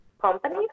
company